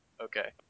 Okay